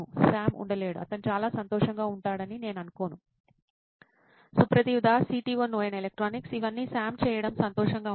Sam ఉండలేడు అతను చాలా సంతోషంగా ఉంటాడని నేను అనుకోను సుప్రతీవ్ దాస్ CTO నోయిన్ ఎలక్ట్రానిక్స్ ఇవన్నీ సామ్ చేయడం సంతోషంగా ఉండదు